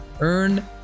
Earn